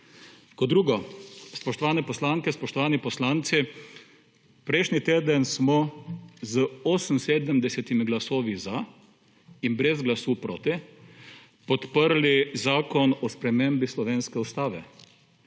Kot drugo, spoštovane poslanke, spoštovani poslanci, prejšnji teden smo z 78 glasovi za in brez glasu proti podprli Zakon o spremembi slovenske ustave.